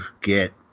get